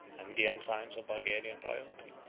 and the ensigns of bulgarian royalty.